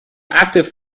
active